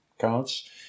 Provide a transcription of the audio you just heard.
cards